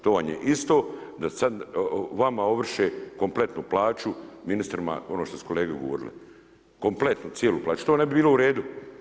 To vam je isto da sada vama ovrše kompletnu plaću ministrima ono što su kolege govorili, kompletnu cijelu plaću, što ne bi bilo uredu.